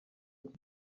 iki